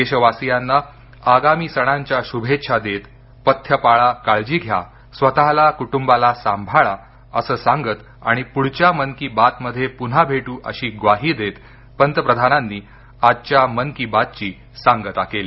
देशवासियांना आगामी सणांच्या शुभेच्छा देत पथ्य पाळा काळजी घ्या स्वतःला कुटुंबाला सांभाळा असं सांगत आणि पुढच्या मन की बात मध्ये पुन्हा भेटू अशी ग्वाही देत पंतप्रधानांनी आजच्या मन की बातची सांगता केली